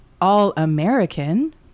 All-American